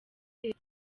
leta